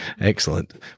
Excellent